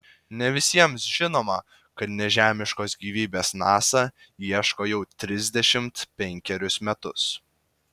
ne visiems žinoma kad nežemiškos gyvybės nasa ieško jau trisdešimt penkerius metus